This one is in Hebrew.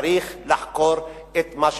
צריך לחקור את מה שקרה.